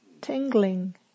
tingling